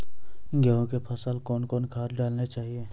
गेहूँ के फसल मे कौन कौन खाद डालने चाहिए?